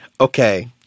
Okay